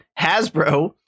Hasbro